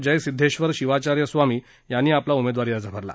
जयसिद्वेश्वर शिवाचार्य स्वामी यांनी आपला उमेदवारी अर्ज भरला